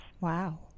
Wow